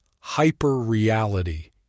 hyper-reality